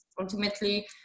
ultimately